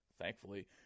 thankfully